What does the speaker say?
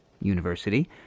university